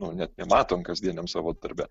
nu net nematom kasdieniam savo darbe